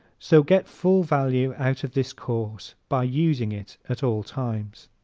so get full value out of this course by using it at all times.